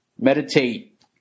Meditate